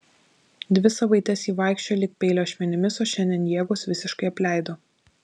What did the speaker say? dvi savaites ji vaikščiojo lyg peilio ašmenimis o šiandien jėgos visiškai apleido